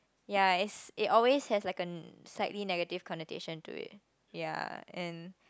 ya it's it always has like a slightly negative connotation to it ya and